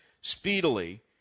speedily